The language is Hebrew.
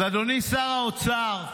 אז אדוני שר האוצר,